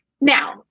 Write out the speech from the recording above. now